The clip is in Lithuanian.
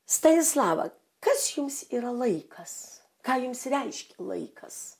stanislava kas jums yra laikas ką jums reiškia laikas